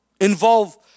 involve